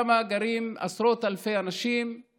גרים שם עשרות אלפי אנשים,